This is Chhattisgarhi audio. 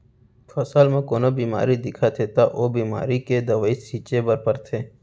फसल म कोनो बेमारी दिखत हे त ओ बेमारी के दवई छिंचे बर परथे